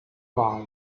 wahl